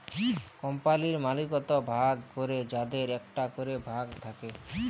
কম্পালির মালিকত্ব ভাগ ক্যরে যাদের একটা ক্যরে ভাগ থাক্যে